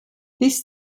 this